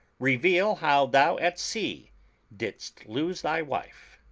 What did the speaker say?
reveal how thou at sea didst lose thy wife.